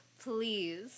Please